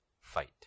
fight